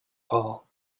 hall